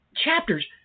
chapters